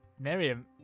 Miriam